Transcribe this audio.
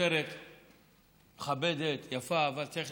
כותרת מכבדת, יפה, אבל צריך